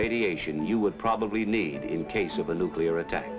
radiation you would probably need in case of a nuclear attack